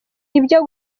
ibyo